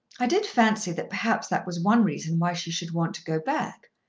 i did fancy that perhaps that was one reason why she should want to go back.